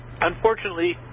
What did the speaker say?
Unfortunately